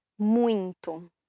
Muito